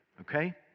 okay